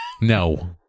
No